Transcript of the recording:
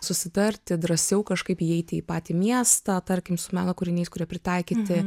susitarti drąsiau kažkaip įeiti į patį miestą tarkim su meno kūriniais kurie pritaikyti